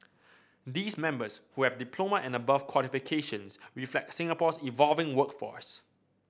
these members who have diploma and above qualifications reflect Singapore's evolving workforce